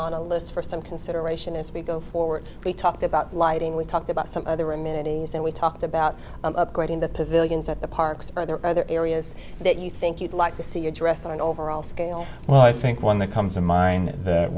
the list for some consideration as we go forward we talked about lighting we talked about some other amenities and we talked about upgrading the pavilions at the parks are there other areas that you think you'd like to see addressed on overall scale well i think one that comes to mind that